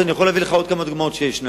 אבל אני יכול להביא לך עוד כמה דוגמאות שיש.